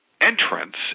entrance